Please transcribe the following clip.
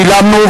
שילמנו,